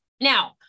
Now